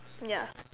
ya